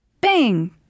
Bang